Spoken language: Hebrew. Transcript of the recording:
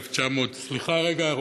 סליחה רגע,